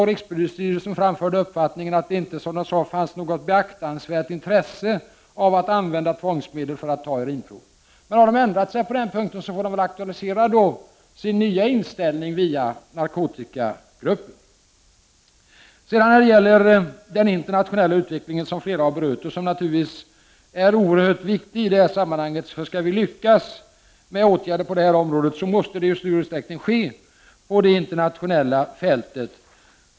Och rikspolisstyrelsen framförde uppfattningen att det inte fanns något beaktansvärt intresse av att använda tvångsmedel för att ta urinprov. Men om de har ändrat sig på denna punkt får de väl aktualisera sin nya inställning via narkotikagruppen. Den internationella utvecklingen, som flera talare har berört, är naturligtvis oerhört viktig i detta sammanhang. Skall vi lyckas med åtgärder på detta område måste dessa åtgärder vidtas på det internationella fältet.